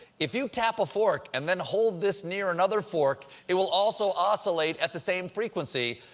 if you tap a fork and then hold this near another fork, it will also oscillate at the same frequency.